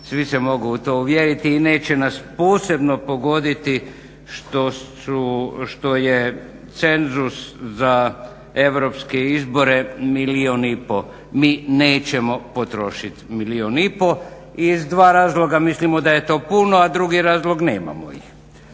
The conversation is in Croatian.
svi se mogu u to uvjeriti i neće nas posebno pogoditi što je cenzus za europske izbore milijun i pol. Mi nećemo potrošiti milijun i pol iz dva razloga, mislimo da je to puno, a drugi je razlog, nemamo ih.